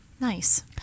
Nice